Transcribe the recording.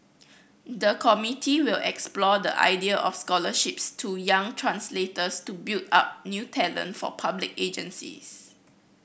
the committee will explore the idea of scholarships to young translators to build up new talent for public agencies